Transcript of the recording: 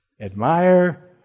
Admire